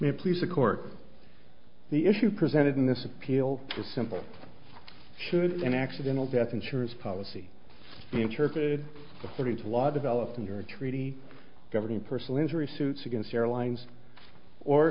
up please the court the issue presented in this appeal is simple should an accidental death insurance policy be interpreted the thirty two law developed under a treaty governing personal injury suits against airlines or